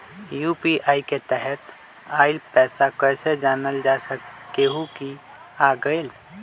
UPI के तहत आइल पैसा कईसे जानल जा सकहु की आ गेल?